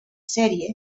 sèrie